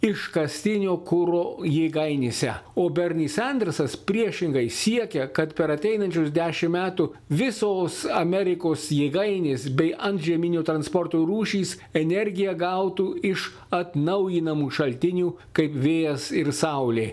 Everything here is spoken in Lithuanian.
iškastinio kuro jėgainėse o berni sandersas priešingai siekia kad per ateinančius dešimt metų visos amerikos jėgainės bei antžeminio transporto rūšys energiją gautų iš atnaujinamų šaltinių kaip vėjas ir saulė